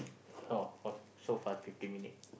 so so fast fifteen minute